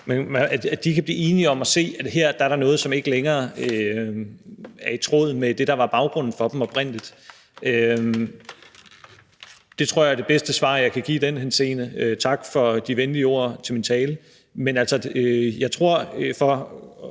fællesskaber, er sådan, at der er noget her, som ikke længere er i tråd med det, der oprindelig var baggrunden for konventionerne. Det tror jeg er det bedste svar, jeg kan give i den henseende. Tak for de venlige ord om min tale.